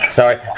sorry